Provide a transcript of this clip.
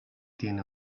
tiene